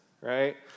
right